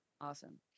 Awesome